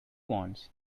wants